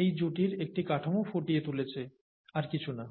এই জুটির একটি কাঠামো ফুটিয়ে তুলেছে আর কিছু না